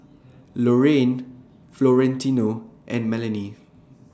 Lorrayne Florentino and Melany